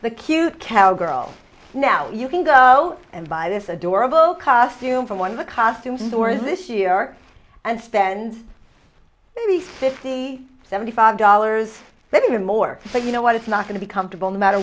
the cute cowgirl now you can go and buy this adorable costume from one of the costume stores this year and spend maybe fifty seventy five dollars let me add more so you know what it's not going to be comfortable no matter